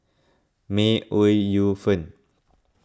May Ooi Yu Fen